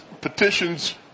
petitions